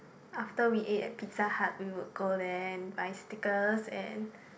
after we ate at Pizza-Hut we will go there and buy stickers and